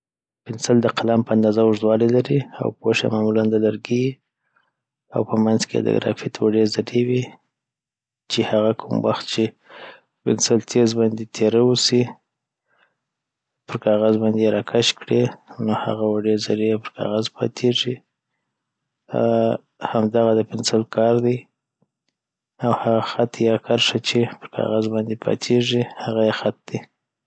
پنسل دقلم په اندازه اوږدوالي لري او پوښ یی معمولا د لرګي یی اوپه منځ کیی دګرافیټ وړې زرې وي چي هغه کوم وخت چی په پنسل تیز باندی تیره اوسي پر کاغذ باندي یی راکش کړي نو هغه وړې زرې یی پرکاغذ پاتیږې آ همدغه د پنسل کار دی او هغه خط یا هغه کرښه چي پر کاغذ باندي پاتیږی .هغه یی خط دی